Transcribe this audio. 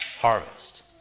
harvest